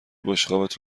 بشقابت